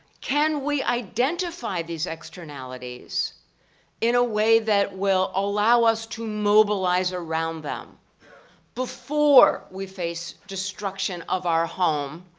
can we identify these externalities in a way that will allow us to mobilize around them before we face destruction of our home,